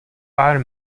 pár